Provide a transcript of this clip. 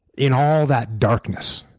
in all that darkness,